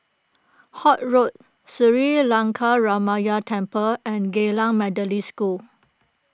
Holt Road Sri Lankaramaya Temple and Geylang Methodist School